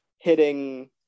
hitting